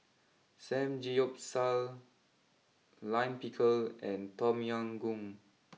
Samgeyopsal Lime Pickle and Tom Yam Goong